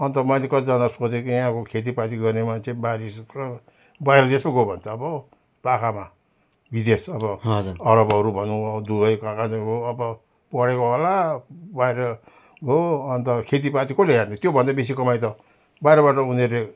अन्त मैले कतिजनालाई सोधेको यहाँ अब खेतीपाती गर्ने मान्छे बारी बाहिर देश पो गयो भन्छ हो अब पाखामा विदेश अब हजुर अरबहरू भनौँ दुबई कहाँ कहाँ अब गयो होला पढेको होला बाहिर गयो अन्त खेतीपाती कसले हेर्ने त्यो भन्दा बेसी कमाइ त बाहिरबाट उनीहरूले